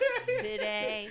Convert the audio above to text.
Today